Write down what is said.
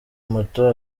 moto